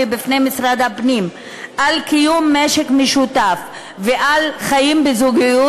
בפני משרד הפנים על קיום משק-בית משותף ועל חיים בזוגיות.